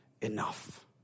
enough